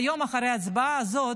היום, אחרי ההצבעה הזאת,